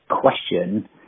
question